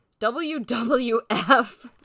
WWF